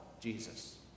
Jesus